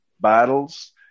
battles